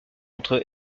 entre